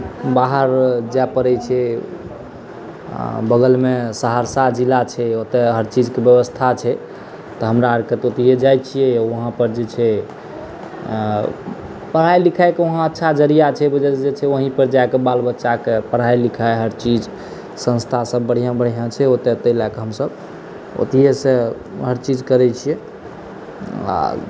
बाहर जाए पड़ैत छै बगलमे सहरसा जिला छै ओतय हर चीजके व्यवस्था छै तऽ हमरा आओर ओतहिए जाइत छियै वहांँपर जे छै पढ़ाइ लिखाइके वहाँ अच्छा जरिया छै जे छै से वहीँपर जा कऽ बाल बच्चाके पढ़ाइ लिखाइ हर चीज संस्थासभ बढ़िआँ बढ़िआँ छै तऽ ओतहि लए कऽ हमसभ ओतहियेसँ हर चीज करैत छियै आ